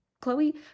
Chloe